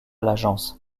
l’agence